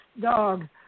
dog